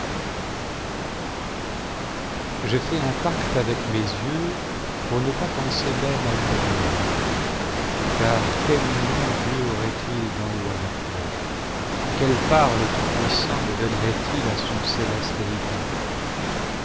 j'ai fait un pacte avec mes yeux pour ne pas penser même à une vierge car quelle union dieu aurait-il d'en haut avec moi et quelle part le tout-puissant me donnerait-il à son céleste héritage